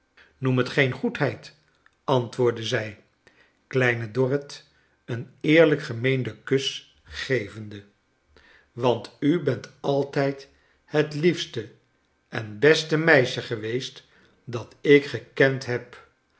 noem het geen goedheid antwoordde zij kleine dorrit een eerlijk gemeenden kus gevende want u bent altijd het liefste en beste meisje geweest dat ik gekend heb